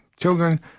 children